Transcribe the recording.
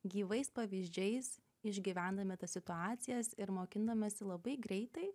gyvais pavyzdžiais išgyvename tas situacijas ir mokinamės labai greitai